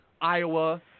Iowa